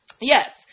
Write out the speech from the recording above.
Yes